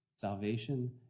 Salvation